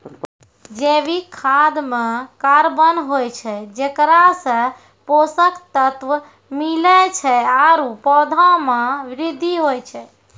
जैविक खाद म कार्बन होय छै जेकरा सें पोषक तत्व मिलै छै आरु पौधा म वृद्धि होय छै